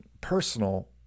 personal